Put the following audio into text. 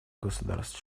государств